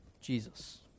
jesus